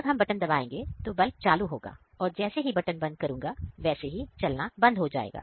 जब हम बटन दबआएंगे तब बल्ब चालू होगा और जैसे ही बटन बंद करूंगा वैसे ही चलना बंद हो जाएगा